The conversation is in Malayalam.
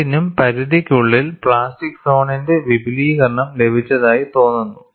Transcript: രണ്ടിനും പരിധിക്കുള്ളിൽ പ്ലാസ്റ്റിക് സോണിന്റെ വിപുലീകരണം ലഭിച്ചതായി തോന്നുന്നു